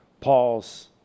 paul's